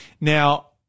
Now